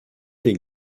den